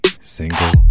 single